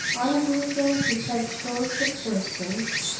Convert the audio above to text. unusual to such sorts of persons,